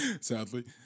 sadly